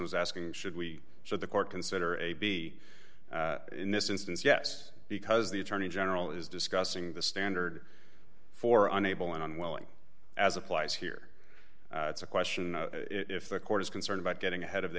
is asking should we show the court consider a b in this instance yes because the attorney general is discussing the standard for unable and unwilling as applies here it's a question if the court is concerned about getting ahead of the